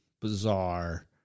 bizarre